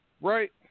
Right